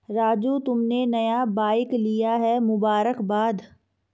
राजू तुमने नया बाइक लिया है मुबारकबाद